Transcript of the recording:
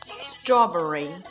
Strawberry